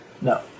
No